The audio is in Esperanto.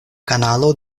kanalo